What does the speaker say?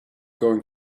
going